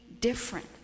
different